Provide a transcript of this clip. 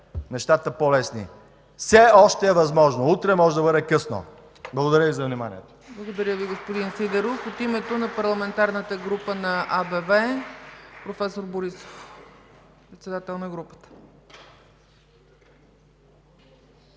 нещата по-лесни. Все още е възможно! Утре може да бъде късно! Благодаря Ви за вниманието!